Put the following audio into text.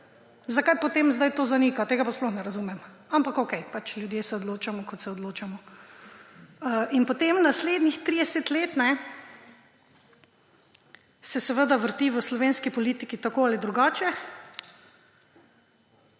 zakaj potem zdaj to zanika. Tega pa sploh ne razumem. Ampak okej, pač ljudje se odločamo, kot se odločamo. In potem naslednjih 30 let se seveda vrti v slovenski politiki tako ali drugače